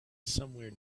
somewhere